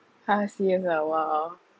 !huh! serious ah !wah!